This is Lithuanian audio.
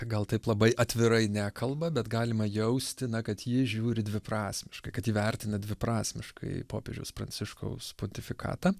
gal taip labai atvirai nekalba bet galima jausti na kad ji žiūri dviprasmiškai kad jį vertina dviprasmiškai popiežiaus pranciškaus pontifikatą